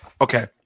Okay